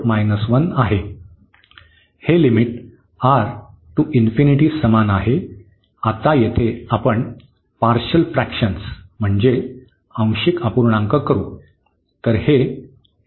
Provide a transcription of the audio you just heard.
हे limit R ते समान आहे आता येथे आपण पार्शल फ्रॅकशन म्हणजे आंशिक अपूर्णांक करू